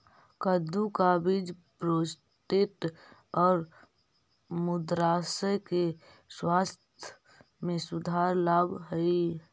कद्दू का बीज प्रोस्टेट और मूत्राशय के स्वास्थ्य में सुधार लाव हई